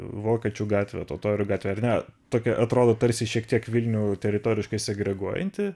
vokiečių gatvė totorių gatvė ar ne tokia atrodo tarsi šiek tiek vilnių teritoriškai segreguojanti